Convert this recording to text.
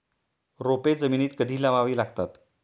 रोपे जमिनीत कधी लावावी लागतात?